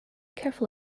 careful